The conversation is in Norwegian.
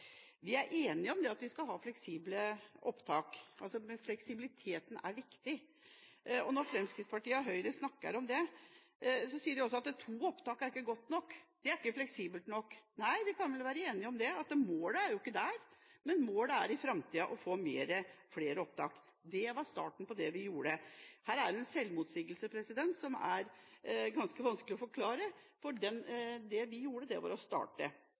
Vi er enige om at vi skal ha fleksible opptak – fleksibilitet er viktig. Når Fremskrittspartiet og Høyre snakker om det, sier de at to opptak ikke er godt nok. Det er ikke fleksibelt nok. Nei, vi kan vel være enige om det: Målet er ikke det, men målet er å få til flere opptak i framtida. Det var starten på det vi gjorde. Her er det en selvmotsigelse som er ganske vanskelig å forklare, for det vi gjorde, var å starte.